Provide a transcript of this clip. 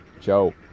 Joe